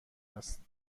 است